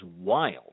wild